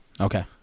Okay